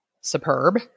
superb